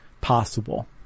possible